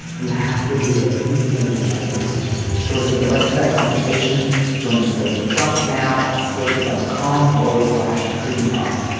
you have to do it even when they fight you to listen to the rest of that conversation joint slate plus now at slate, dot com forward slash prudy